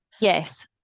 Yes